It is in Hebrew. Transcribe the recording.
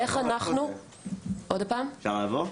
אפשר לבוא?